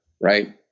right